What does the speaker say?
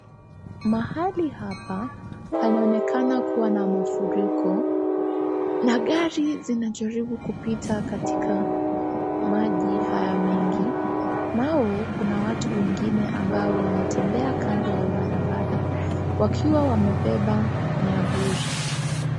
Mahali hapa panaonekana kuwa na mafuriko na gari zinajaribu kupita katika maji haya mengi. Nao kuna watu wengine wanaotembea kando ya barabara wakiwa wamebeba nyavuli.